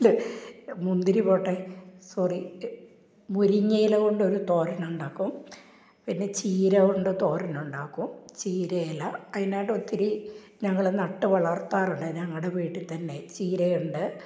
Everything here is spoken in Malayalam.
ല്ല് മുന്തിരി പോകട്ടെ സോറി മുരിങ്ങയില കൊണ്ട് ഒരു തോരനുണ്ടാക്കും പിന്നെ ചീര കൊണ്ട് തോരനുണ്ടാക്കും ചീര ഇല അതിനായിട്ട് ഒത്തിരി ഞങ്ങൾ നട്ടു വളര്ത്താറുണ്ട് ഞങ്ങളുടെ വീട്ടിൽ ത്തന്നെ ചീരയുണ്ട്